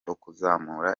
ukuzamura